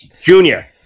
Junior